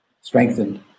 strengthened